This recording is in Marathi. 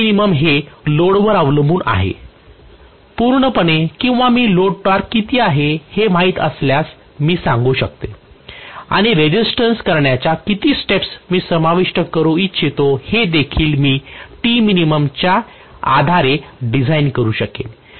हे लोडवर अवलंबून आहे पूर्णपणे किंवा मी लोड टॉर्क किती आहे हे माहित असल्यास मी सांगू शकते आणि रेसिस्टन्स करण्याच्या किती स्टेप्स मी समावेश करू इच्छितो हेदेखील मी त्या आधारे डिझाइन करू शकेन